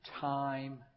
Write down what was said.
time